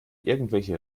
irgendwelche